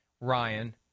Ryan